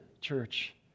church